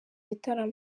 gitaramo